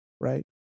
right